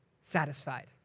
satisfied